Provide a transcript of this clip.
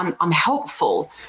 unhelpful